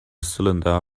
cylinder